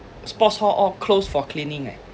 sports hall all closed for cleaning eh